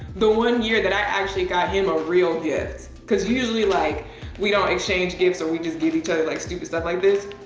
the one year that i actually got him a real gift. cause usually like we don't exchange gifts or we just give each other like stupid stuff like this.